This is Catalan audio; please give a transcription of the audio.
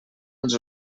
als